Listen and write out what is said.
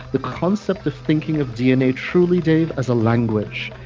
the concept of thinking of dna truly, dave, as a language.